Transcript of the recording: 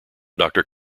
doctor